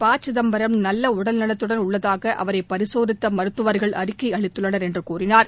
பசிதம்பரம் நல்ல உடல்நலத்தடன் உள்ளதாக அவரை பரிசோதித்த மருத்துவர்கள் அறிக்கை அளித்துள்ளனர் என்று கூறினார்